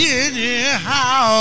anyhow